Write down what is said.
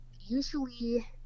usually